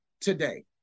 today